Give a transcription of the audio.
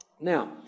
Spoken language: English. Now